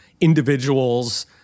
individuals